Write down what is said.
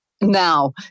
Now